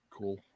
cool